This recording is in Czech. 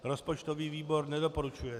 Rozpočtový výbor nedoporučuje.